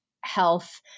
health